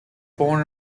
born